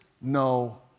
no